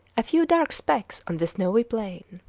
a few dark specks on the snowy plain.